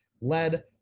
led